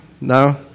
No